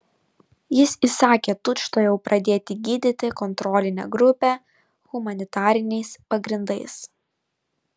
jis įsakė tučtuojau pradėti gydyti kontrolinę grupę humanitariniais pagrindais